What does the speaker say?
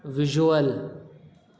visual